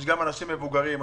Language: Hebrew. יש גם אנשים מבוגרים,